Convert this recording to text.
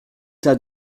tas